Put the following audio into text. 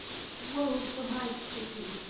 woe for my city,